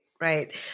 Right